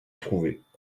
trouver